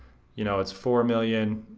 you know, it's four million.